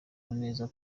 neza